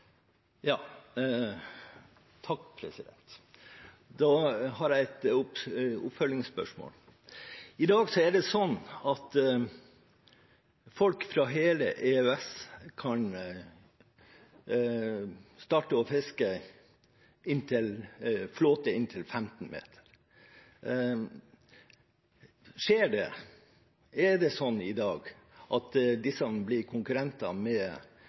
Da har jeg et oppfølgingsspørsmål. I dag er det sånn at folk fra hele EØS-området kan starte å fiske med flåte inntil 15 meter. Skjer det – er det sånn i dag at disse blir